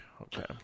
okay